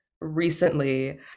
recently